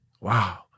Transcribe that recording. Wow